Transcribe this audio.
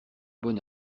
bon